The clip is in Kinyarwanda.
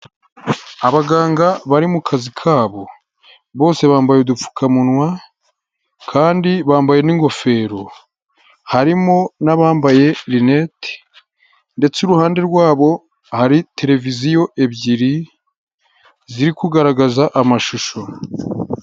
Abaganga bari kazi kabo bose bambaye udupfukamunwa kandi bambaye n'ingofero, harimo n'abambaye rinete ndetse iruhande rwabo hari televiziyo ebyiri ziri kugaragaza amashusho.